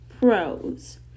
Pros